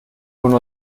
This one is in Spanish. una